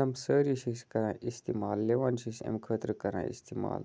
یِم سٲری چھِ أسۍ کَران استعمل لِوَن چھِ أسۍ اَمہِ خٲطرٕ کَران استعمال